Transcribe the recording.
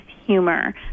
humor